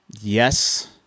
Yes